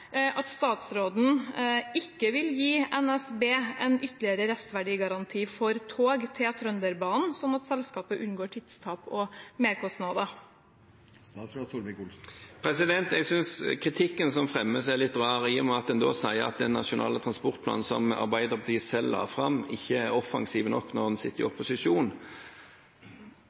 at statsråden ikke vil gi NSB en ytterligere restverdigaranti for tog til Trønderbanen, sånn at selskapet unngår tidstap og merkostnader? Jeg synes kritikken som fremmes, er litt rar, i og med at en da sier at den nasjonale transportplanen som Arbeiderpartiet selv la fram, ikke er offensiv nok når en sitter i opposisjon.